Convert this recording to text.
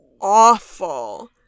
awful